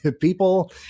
people